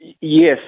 Yes